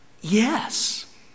Yes